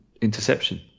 interception